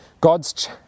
God's